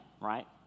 right